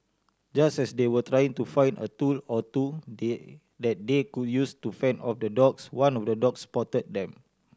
just as they were trying to find a tool or two they that they could use to fend off the dogs one of the dogs spotted them